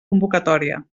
convocatòria